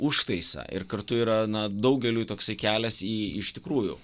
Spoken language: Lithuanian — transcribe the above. užtaisą ir kartu yra na daugeliui toksai kelias į iš tikrųjų